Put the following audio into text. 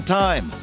time